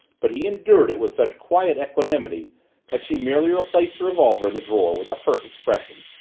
but he endured it with such quiet equanimity that she merely replaced the revolver in the drawer, with a hurt expression,